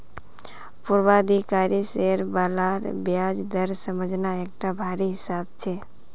पूर्वाधिकारी शेयर बालार ब्याज दर समझना एकटा भारी हिसाब छै